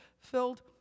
filled